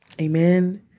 amen